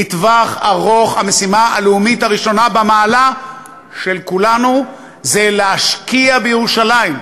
לטווח ארוך המשימה הלאומית הראשונה במעלה של כולנו זה להשקיע בירושלים,